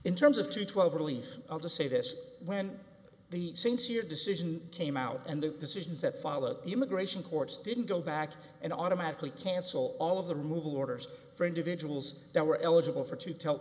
in terms of two twelve relief to say this when the sincere decision came out and the decisions that followed the immigration courts didn't go back and automatically cancel all of the removal orders for individuals that were eligible for to tell